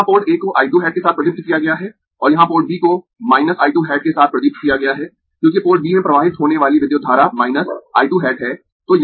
तो यहाँ port A को I 2 हैट के साथ प्रदीप्त किया गया है और यहाँ पोर्ट B को माइनस I 2 हैट के साथ प्रदीप्त किया गया है क्योंकि पोर्ट B में प्रवाहित होने वाली विद्युत धारा माइनस I 2 हैट है